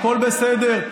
הכול בסדר.